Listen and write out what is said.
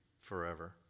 forever